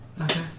Okay